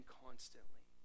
constantly